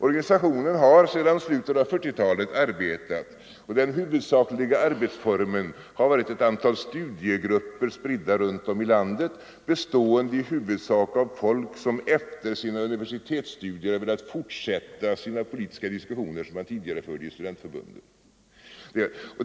Organisationen har arbetat sedan slutet av 1940-talet, och den huvudsakliga arbetsformen har varit ett antal studiegrupper spridda runt landet, bestående i huvudsak av folk som efter sina universitetsstudier velat fortsätta de politiska diskussioner som de tidigare förde i studentförbunden.